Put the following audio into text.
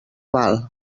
val